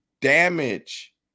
damage